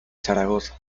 zaragoza